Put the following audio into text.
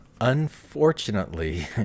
unfortunately